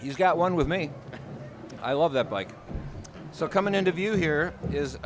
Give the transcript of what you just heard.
he's got one with me i love that bike so coming into view here is